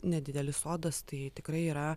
nedidelis sodas tai tikrai yra